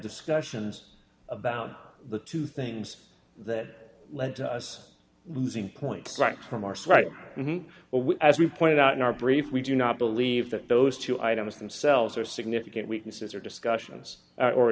discussions about the two things that led to us losing points right from our strike well as we pointed out in our brief we do not believe that those two items themselves are significant weaknesses or discussions or a